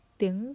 tiếng